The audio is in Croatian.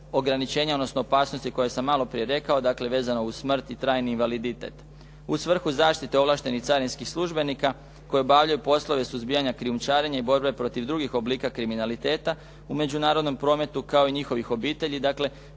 ograničenja, odnosno opasnosti koje sam malo prije rekao, dakle vezano uz smrt i trajni invaliditet. U svrhu zaštite ovlaštenih carinskih službenika koji obavljaju poslove suzbijanja krijumčarenja i borbe protiv drugih oblika kriminaliteta u međunarodnom prometu kao i njihovih obitelji, dakle